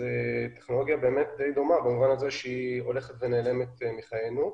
היא טכנולוגיה די דומה במובן הזה שהיא הולכת ונעלמת מחיינו.